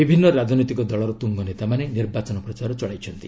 ବିଭିନ୍ନ ରାଜନୈତିକ ଦଳର ତୁଙ୍ଗନେତାମାନେ ନିର୍ବାଚନ ପ୍ରଚାର ଚଳାଇଛନ୍ତି